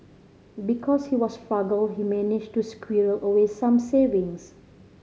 because he was frugal he managed to squirrel away some savings